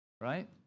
right